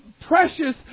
precious